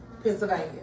Pennsylvania